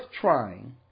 trying